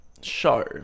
show